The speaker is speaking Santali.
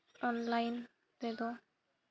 ᱚᱱᱞᱟᱭᱤᱱ ᱛᱮᱫᱚ